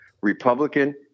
Republican